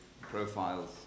profiles